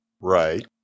Right